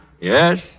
Yes